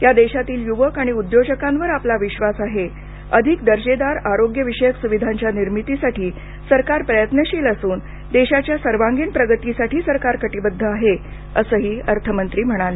या देशातील यूवक आणि उद्योजकांवर आपला विश्वास आहे अधिक दर्जेदार आरोग्यविषयक सुविधांच्या निर्मितीसाठी सरकार प्रयत्नशील असून देशाच्या सर्वांगीण प्रगतीसाठी सरकार कटिबद्ध आहे असंही अर्थमंत्री म्हणाल्या